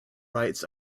writes